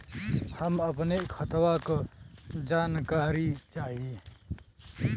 हम अपने खतवा क जानकारी चाही?